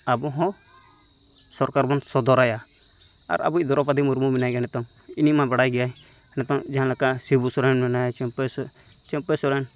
ᱟᱵᱚ ᱦᱚᱸ ᱥᱚᱨᱠᱟᱨ ᱵᱚᱱ ᱥᱚᱫᱚᱨᱟᱭᱟ ᱟᱨ ᱟᱵᱚᱭᱤᱡ ᱫᱚᱨᱯᱚᱫᱤ ᱢᱩᱨᱢᱩ ᱢᱮᱱᱟᱭᱜᱮᱭᱟ ᱱᱤᱛᱚᱝ ᱤᱱᱤ ᱢᱟ ᱵᱟᱲᱟᱭ ᱜᱮᱭᱟᱭ ᱱᱤᱛᱚᱝ ᱡᱟᱦᱟᱸ ᱞᱮᱠᱟ ᱥᱤᱵᱩ ᱥᱚᱨᱮᱱ ᱢᱮᱱᱟᱭᱟ ᱪᱟᱹᱢᱯᱟᱹᱭ ᱥᱚᱨᱮᱱ ᱪᱟᱹᱢᱯᱟᱹᱭ ᱥᱚᱨᱮᱱ